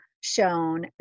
shown